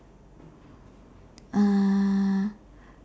uh